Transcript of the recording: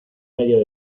medio